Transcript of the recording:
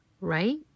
Right